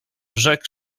brzeg